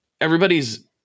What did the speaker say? everybody's